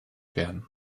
werden